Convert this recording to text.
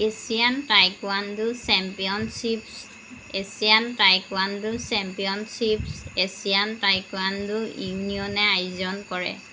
Asian taekwondo championships Asian taekwondo championships Asian taekwondo ইউনিয়নে আয়োজন কৰে